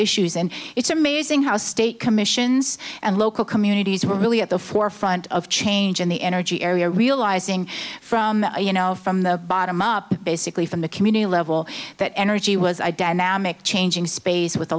issues and it's amazing how state commissions and local communities were really at the forefront of change in the energy area realizing from you know from the bottom up basically from the community level that energy was identified changing space with a